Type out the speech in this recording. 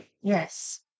Yes